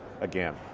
again